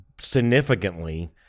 significantly